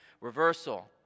reversal